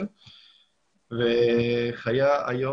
והיום,